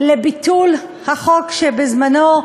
לביטול החוק שבזמנו,